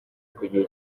kugira